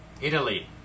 Italy